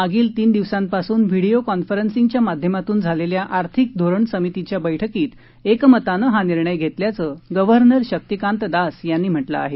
मागिल तीन दिवसापासून व्हिडीओ कॉन्फरन्सिंग च्या माध्यमातून झालेल्या आर्थिक धोरण समितीच्या बैठकीत एकमताने हा निर्णय घेतल्याचं गर्वनर शक्तीकांत दास यांनी म्हटलं आहे